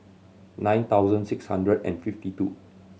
nine thousand six hundred and fifty two